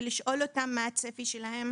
ולשאול אותם מה הצפי שלהם לסיום העבודה.